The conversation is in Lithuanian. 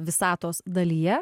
visatos dalyje